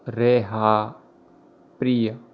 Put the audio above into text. Reha Priya